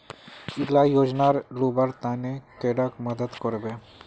इला योजनार लुबार तने कैडा मदद करबे?